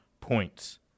points